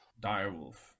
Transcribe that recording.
direwolf